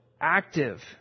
active